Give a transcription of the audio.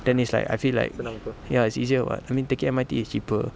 then it's like I feel like ya it's easier [what] I mean taking M_R_T is cheaper